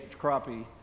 crappie